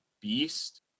beast